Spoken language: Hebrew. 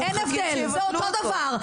אין הבדל, זה אותו דבר.